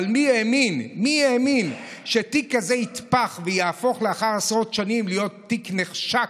אבל מי האמין שתיק כזה יתפח ויהפוך לאחר עשרות שנים להיות תיק נחשק,